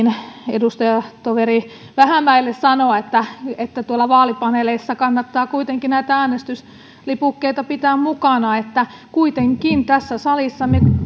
edustajatoveri vähämäelle sanoa että että tuolla vaalipaneeleissa kannattaa kuitenkin äänestyslipukkeita pitää mukana että kuitenkin tässä salissa me